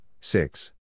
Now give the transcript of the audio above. six